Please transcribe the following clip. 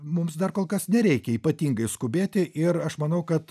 mums dar kol kas nereikia ypatingai skubėti ir aš manau kad